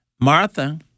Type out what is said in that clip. Martha